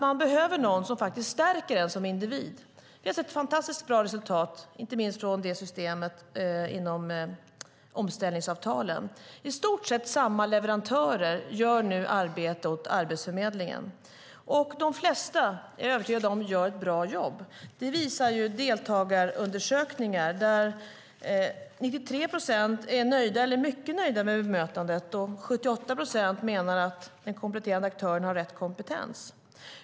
De behöver någon som stärker dem som individer. Vi har sett fantastiskt bra resultat inte minst från systemen inom omställningsavtalen. I stort sett samma leverantörer gör nu arbete åt Arbetsförmedlingen. Jag är övertygad om att de flesta gör ett bra jobb. Det visar deltagarundersökningar där 93 procent är nöjda eller mycket nöjda med bemötandet, och 78 procent menar att den kompletterande aktören har rätt kompetens.